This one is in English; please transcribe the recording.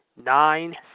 Nine